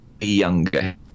younger